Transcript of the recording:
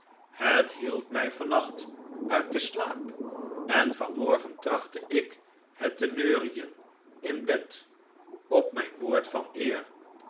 het hield mij vannacht uit den slaap en vanmorgen trachtte ik het te neurien in bed op mijn woord van eer